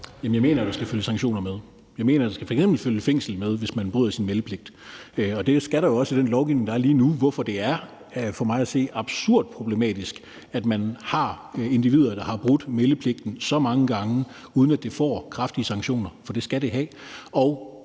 Jamen jeg mener, at der skal følge sanktioner med. Jeg mener, at der f.eks. skal følge fængsel med, hvis man bryder sin meldepligt. Det skal der jo også i den lovgivning, der er lige nu, hvorfor det for mig at se jo er absurd problematisk, at man har individer, der har brudt meldepligten så mange gange, uden at det medfører kraftige sanktioner, for det skal det gøre. Og